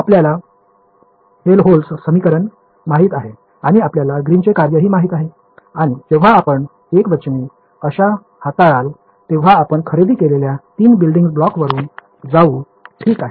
आपल्याला हेल्होल्ट्ज समीकरण माहित आहे आणि आपल्याला ग्रीनचे कार्यही माहित आहे आणि जेव्हा आपण एकवचनी कशा हाताळाल तेव्हा आपण खरेदी केलेल्या तीन बिल्डिंग ब्लॉक्सवर जाऊ ठीक आहे